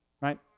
Right